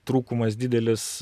trūkumas didelis